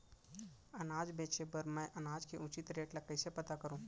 अनाज बेचे बर मैं अनाज के उचित रेट ल कइसे पता करो?